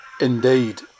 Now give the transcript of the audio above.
Indeed